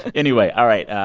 anyway all right.